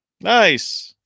Nice